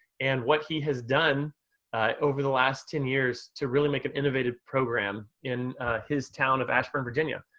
and what he has done over the last ten years to really make an innovative program in his town of ashburn, virginia.